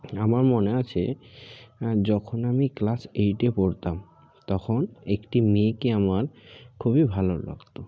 আমার মনে আছে যখন আমি ক্লাস এইটে পড়তাম তখন একটি মেয়েকে আমার খুবই ভালো লাগতো